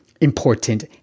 important